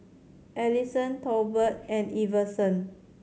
Alisson Tolbert and Iverson